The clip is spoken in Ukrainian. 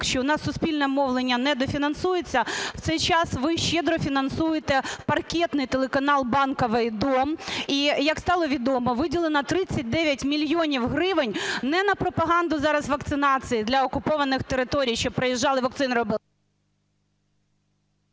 що в нас суспільне мовлення недофінансовується, в цей час ви щедро фінансуєте "паркетний" телеканал Банкової "Дом"? І, як стало відомо, виділено 39 мільйонів гривень не на пропаганду зараз вакцинації для окупованих територій, щоб приїжджали і вакцину...